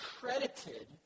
credited